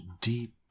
deep